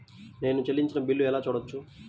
నేను చెల్లించిన బిల్లు ఎలా చూడవచ్చు?